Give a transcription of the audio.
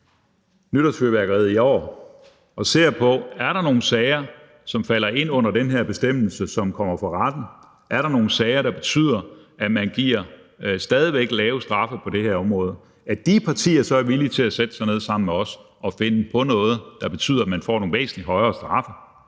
nytårsfyrværkeriet i år, og ser på: Er der nogle sager, som falder ind under den her bestemmelse, der kommer for retten, og er der nogle sager, der betyder, at man stadig væk giver lave straffe på det her område? Jeg håber på, at de partier så er villige til at sætte sig ned sammen med os og finde på noget, der betyder, at man får nogle væsentlig højere straffe,